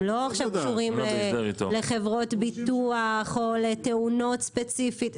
הם לא עכשיו קשורים לחברות ביטוח או לתאונות ספציפיות,